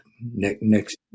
next